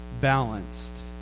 balanced